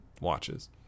watches